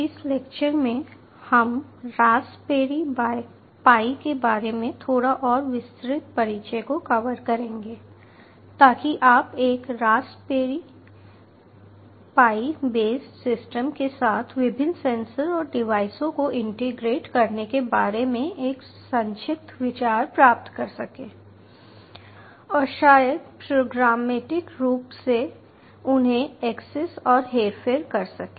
इस लेक्चर में हम रास्पबेरी पाई के बारे में थोड़ा और विस्तृत परिचय को कवर करेंगे ताकि आप एक रास्पबेरी पाई बेस सिस्टम के साथ विभिन्न सेंसर और डिवाइसों को इंटीग्रेट करने के बारे में एक संक्षिप्त विचार प्राप्त कर सकें और शायद प्रोग्रामेटिक रूप से उन्हें एक्सेस और हेरफेर कर सकें